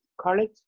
College